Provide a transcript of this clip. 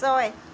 ছয়